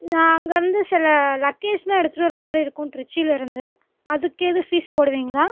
நான் அங்கேருந்து சில லக்கேஜ்லா எடுத்துகிட்டு வரமாதிரி இருக்கும் திரிச்சிலருந்து அதுக்கு எதுவும் ஃபீஸ் போடுவீங்களா